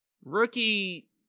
Rookie